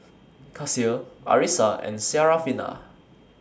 Kasih Arissa and Syarafina